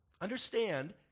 Understand